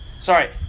Sorry